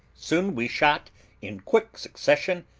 soon we shot in quick succession,